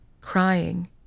crying